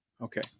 Okay